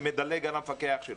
שמדלג על המפקח שלו.